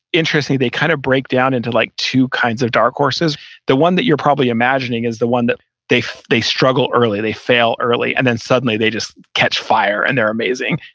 interesting, they kind of break down into like two kinds of dark horses the one that you're probably imagining is the one that they they struggle early, they fail early and then suddenly they just catch fire and they're amazing.